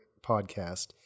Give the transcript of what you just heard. podcast